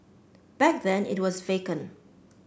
back then it was vacant